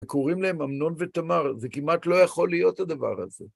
קוראים להם אמנון ותמר, זה לא הגיוני הדבר הזה